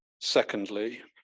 secondly